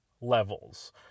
levels